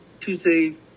Tuesday